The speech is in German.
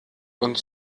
und